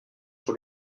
sur